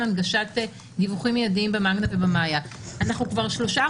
הנגשת דיווחים מידיים במערכת --- אנחנו כבר שלושה,